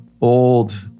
old